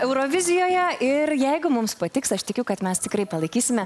eurovizijoje ir jeigu mums patiks aš tikiu kad mes tikrai palaikysime